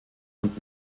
und